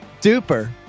duper